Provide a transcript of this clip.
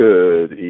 Good